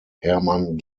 hermann